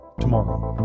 tomorrow